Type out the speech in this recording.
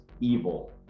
evil